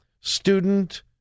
student